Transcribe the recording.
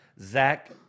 Zach